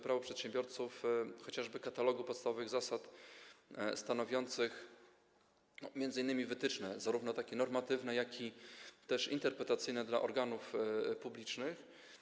Prawo przedsiębiorców chociażby katalogu podstawowych zasad stanowiących m.in. wytyczne, zarówno normatywne, jak i interpretacyjne, dla organów publicznych.